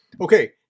Okay